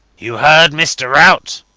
you heard, mr. rout?